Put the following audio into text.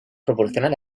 proporcionan